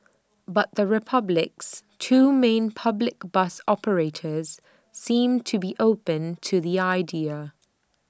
but the republic's two main public bus operators seem to be open to the idea